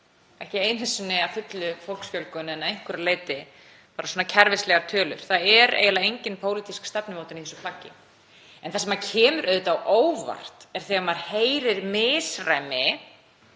ekki einu sinni að fullu en að einhverju leyti, bara svona kerfislægar tölur. Það er eiginlega engin pólitísk stefnumótun í þessu plaggi. Það sem kemur auðvitað á óvart er þegar maður heyrir misræmi,